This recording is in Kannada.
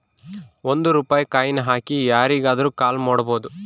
ಒಂದ್ ರೂಪಾಯಿ ಕಾಯಿನ್ ಹಾಕಿ ಯಾರಿಗಾದ್ರೂ ಕಾಲ್ ಮಾಡ್ಬೋದು